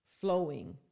flowing